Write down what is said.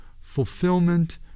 fulfillment